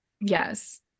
Yes